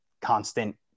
constant